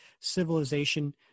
civilization